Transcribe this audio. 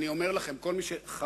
אני אומר לכם, לכל מי שחרד